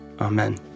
Amen